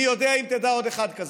מי יודע אם תדע עוד אחד כזה.